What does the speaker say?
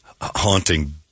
haunting